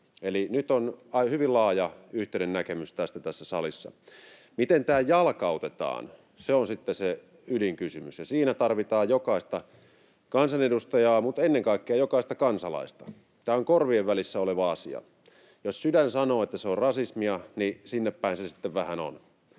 Eli nyt on hyvin laaja yhteinen näkemys tästä tässä salissa. Miten tämä jalkautetaan, se on sitten se ydinkysymys, ja siinä tarvitaan jokaista kansanedustajaa mutta ennen kaikkea jokaista kansalaista. Tämä on korvien välissä oleva asia. Jos sydän sanoo, että se on rasismia, niin sinnepäin se sitten vähän on.